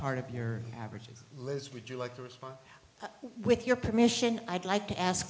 part of your average lives would you like to respond with your permission i'd like to ask